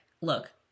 look